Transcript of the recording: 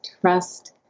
Trust